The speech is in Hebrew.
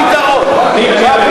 אין גם,